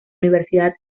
universidad